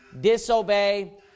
disobey